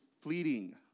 fleeting